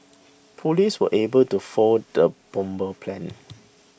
police were able to foil the bomber's plans